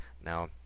Now